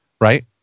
right